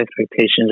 expectations